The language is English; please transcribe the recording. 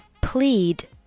plead